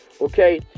Okay